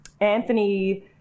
Anthony